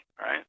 right